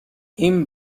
این